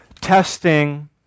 testing